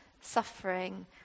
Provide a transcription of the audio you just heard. suffering